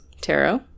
tarot